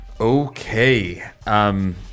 Okay